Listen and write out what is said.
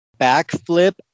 backflip